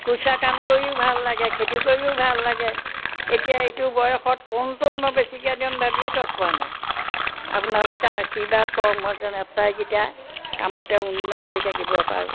কুৰ্চা কাম কৰিও ভাল লাগে খেতি কৰিও ভাল লাগে এতিয়া এইটো বয়সত কোনটো মই বেছিকৈ দিম ভাবিয়ে তৎ পোৱা নাই আপোনালোকে আশীৰ্বাদ কৰক মই যেন এটাইকেইটা কামতে উন্নত হৈ থাকিব পাৰোঁ